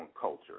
culture